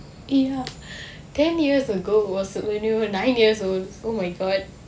ya ten years ago was when we were nine years old oh my god